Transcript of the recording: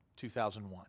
2001